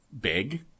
big